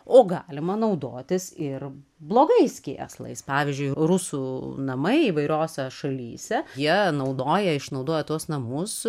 o galima naudotis ir blogais kėslais pavyzdžiui rusų namai įvairiose šalyse jie naudoja išnaudoja tuos namus